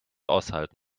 aushalten